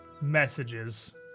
messages